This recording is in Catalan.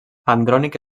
andrònic